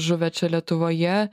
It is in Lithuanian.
žuvę čia lietuvoje